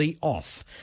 off